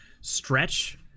stretch